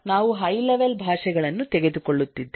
ನಾವು high level ಭಾಷೆಗಳನ್ನು ತೆಗೆದುಕೊಳ್ಳುತ್ತಿದ್ದೇವೆ